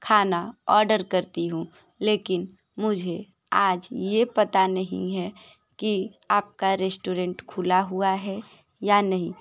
खाना ऑर्डर करती हूँ लेकिन मुझे आज ये पता नहीं है कि आपका रेस्टोरेंट खुला हुआ है या नहीं